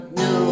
no